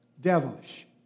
devilish